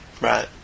Right